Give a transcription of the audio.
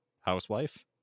housewife